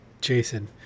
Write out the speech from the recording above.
Jason